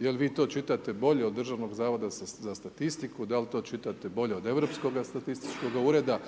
jel vi to čitate bolje od Državnog zavoda za statistiku, da li to čitate bolje od Europskoga statističkog ureda,